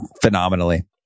phenomenally